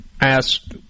asked